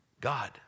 God